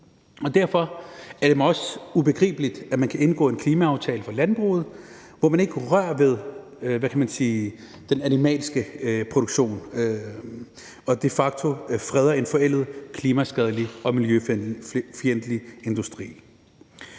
Derfor er det mig også ubegribeligt, at man kan indgå en klimaaftale for landbruget, hvor man ikke rører ved – hvad kan man sige – den animalske produktion og de facto freder en forældet, klimaskadelig og miljøfjendtlig industri.